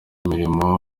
mirimo